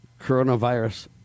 coronavirus